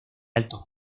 altos